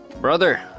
brother